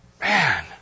Man